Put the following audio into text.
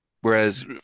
Whereas